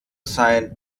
sein